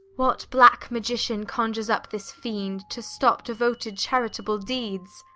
what black magician conjures up this fiend, to stop devoted charitable deeds?